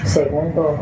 segundo